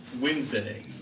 Wednesday